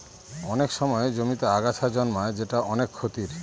অনেক সময় জমিতে আগাছা জন্মায় যেটা অনেক ক্ষতির